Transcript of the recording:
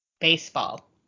Baseball